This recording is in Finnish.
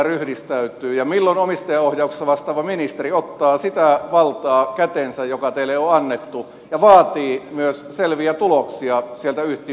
ja milloin omistajaohjauksesta vastaava ministeri ottaa käteensä sitä valtaa joka hänelle on annettu ja vaatii myös selviä tuloksia sieltä yhtiön johdolta